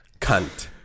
cunt